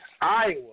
Iowa